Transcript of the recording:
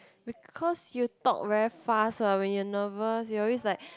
because you talk very fast what when you nervous you always like